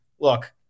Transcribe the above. Look